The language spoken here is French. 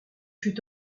fut